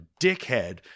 dickhead